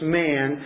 man